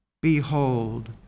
Behold